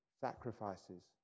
Sacrifices